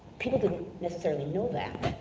people didn't necessarily know that,